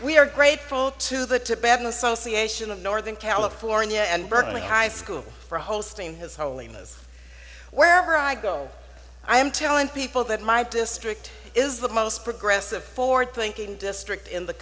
we are grateful to the tibetan association of northern california and berkeley high school for hosting his holiness wherever i go i am telling people that my district is the most progressive forward thinking district in the